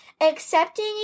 accepting